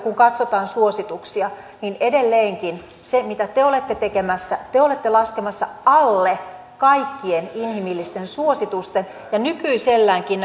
kun katsotaan suosituksia niin edelleen se mitä te te olette tekemässä on se että te olette laskemassa alle kaikkien inhimillisten suositusten ja nykyiselläänkin